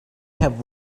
have